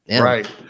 Right